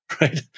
Right